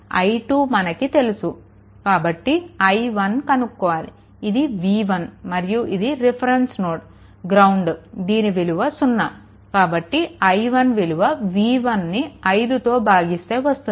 i2 మనకు తెలుసు ఇప్పుడు i1 కనుక్కోవాలి ఇది v1 మరియు ఇది రిఫరెన్స్ నోడ్ గ్రౌండ్ దీని విలువ సున్నా కాబట్టి i1 విలువ v1ను 5తో భాగిస్తే వస్తుంది